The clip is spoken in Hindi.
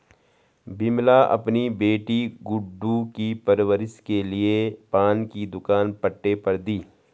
विमला अपनी बेटी गुड्डू की परवरिश के लिए पान की दुकान पट्टे पर दी